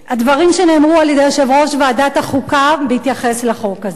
הדברים שנאמרו על-ידי יושב-ראש ועדת החוקה בהתייחס לחוק הזה.